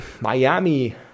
Miami